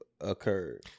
occurred